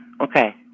Okay